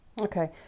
Okay